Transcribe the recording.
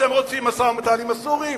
אתם רוצים משא-ומתן עם הסורים?